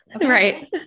Right